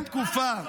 זה פר-תקופה.